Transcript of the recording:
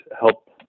help